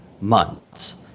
Months